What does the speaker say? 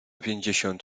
pięćdziesiąt